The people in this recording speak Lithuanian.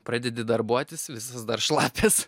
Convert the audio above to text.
pradedi darbuotis visas dar šlapias